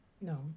No